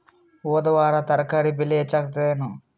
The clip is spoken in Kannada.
ಹೊದ ವಾರ ತರಕಾರಿ ಬೆಲೆ ಹೆಚ್ಚಾಗಿತ್ತೇನ?